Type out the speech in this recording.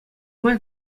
май